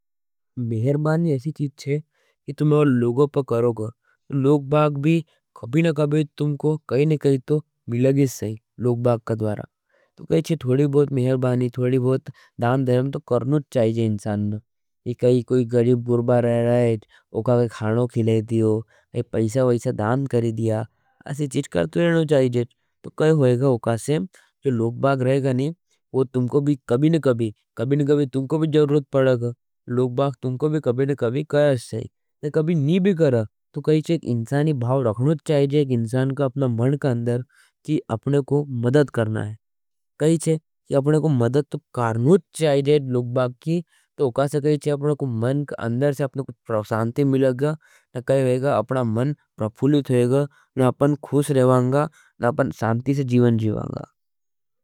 ऐसी चीज हज इतना लोगों पर करोगे लोग भाग भी कभी ना कभी तुमको कहीं ना कहीं तो मिलेगी। सही लोग बाग का दुआरा कैसे थोड़ी बहुत मेहरबानी थोड़ी बहुत दान धर्म तो करना चाहिए इंसान ने। इकाई कोई गरीब गुरबा रह रहा हज। ओ का खाना खिलाई देयो, ये पैसा वैसा दान कर दिया। ऐसी चीज करते रहनो जयचह। तो क्या होगा वा के संग। जो लोग बाग रहेगा नहीं। वो तुमको भी कभी ना कभी तुमको भी जरूरत पड़ेगा। लोग बाग तुमको भी कभी ना कभी मदद नहीं भी करत। कोई इंसान भाव रखना जायेचा। कि अपनों को मदद करनी हज। अपने मन के अंदर शांति मिलेगो। अपना मन प्रफ़्युलिल हेगो। ना अपन खुश रहवांगा, ना अपन शांति से जीवन जीवांगा।